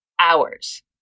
hours